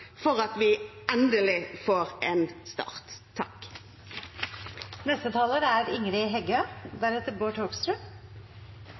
for at vi endelig får en start. Tenk at vi endeleg er